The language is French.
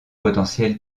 potentiel